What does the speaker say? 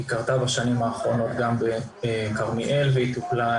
היא קרתה בשנים האחרונות גם בכרמיאל והיא טופלה,